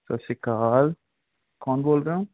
ਸਤਿ ਸ਼੍ਰੀ ਅਕਾਲ ਕੌਣ ਬੋਲ ਰਹੇ ਹੋ